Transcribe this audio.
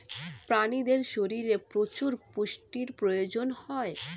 প্রাণীদের শরীরে প্রচুর পুষ্টির প্রয়োজন হয়